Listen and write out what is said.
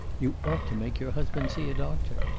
you ought to make your husband see a doctor.